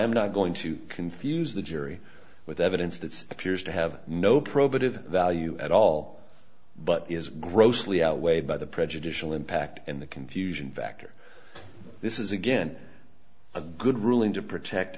am not going to confuse the jury with evidence that appears to have no probative value at all but is grossly outweighed by the prejudicial impact and the confusion factor this is again a good ruling to protect